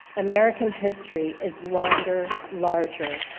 american history is longer, larger,